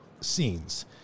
scenes